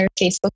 Facebook